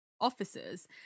officers